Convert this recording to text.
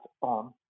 on